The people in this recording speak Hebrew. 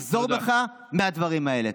תחזור בך מהדברים האלה.